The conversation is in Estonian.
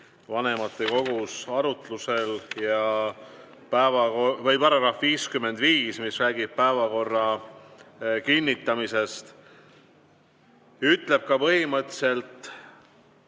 vanematekogus arutlusel. Seaduse § 55, mis räägib päevakorra kinnitamisest, ütleb põhimõtteliselt